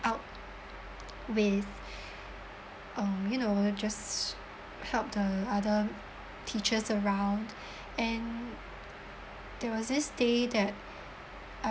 out with um you know just help the other teachers around and there was this day that